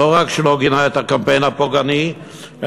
שלא רק שלא גינה את הקמפיין הפוגעני אלא